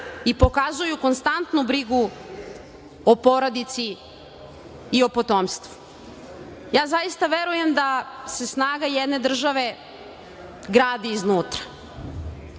i pokazuju konstantnu brigu o porodici i o potomstvu. Ja zaista verujem da se snaga jedne države gradi iznutra.